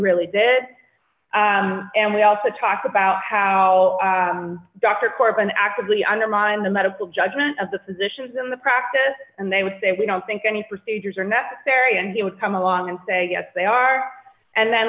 really did it and we also talked about how dr corben actively undermined the medical judgment at the physicians in the practice and they would say we don't think any procedures are necessary and they would come along and say yes they are and then